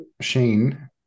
Shane